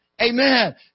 amen